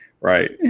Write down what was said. right